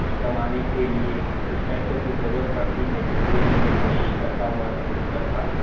کچھ کمانے کے لیے کچھ پیسوں کی ضرورت پڑتی ہے جس کے لیے میں کوشش کرتا ہوں اور محنت کرتا ہوں